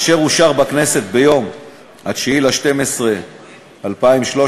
אשר אושר בכנסת ביום 9 בדצמבר 2013,